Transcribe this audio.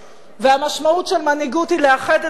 והמשמעות של מנהיגות היא לאחד את השבטים